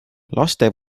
laste